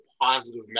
positive